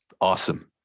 awesome